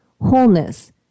wholeness